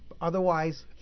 Otherwise